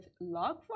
log